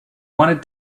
wanted